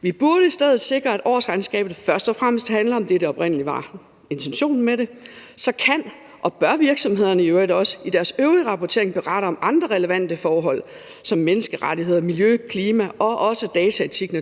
Vi burde i stedet sikre, at årsregnskabet først og fremmest handler om det, der oprindelig var intentionen med det. Så kan og bør virksomhederne i øvrigt i deres øvrige rapportering berette om andre relevante forhold som menneskerettigheder, miljø, klima og naturligvis også dataetik,